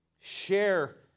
Share